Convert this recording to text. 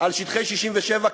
על שטחי 67',